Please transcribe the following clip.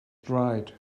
dried